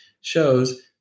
shows